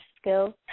skills